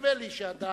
נדמה לי שאדם